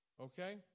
Okay